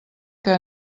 que